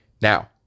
Now